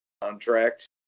Contract